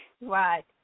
Right